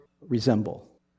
resemble